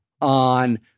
on